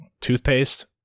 toothpaste